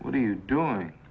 what are you doing